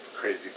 crazy